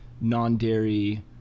non-dairy